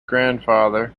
grandfather